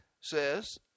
says